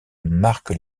marque